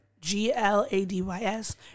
G-L-A-D-Y-S